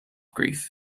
grief